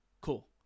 cool